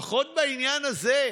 לפחות בעניין הזה.